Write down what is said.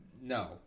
No